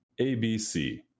ABC